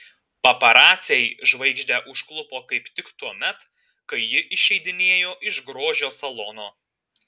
paparaciai žvaigždę užklupo kaip tik tuomet kai ji išeidinėjo iš grožio salono